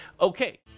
Okay